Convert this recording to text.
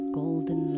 golden